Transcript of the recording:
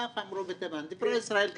ככה אמרו בתימן, דברי ישראל כשבועה,